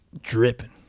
Dripping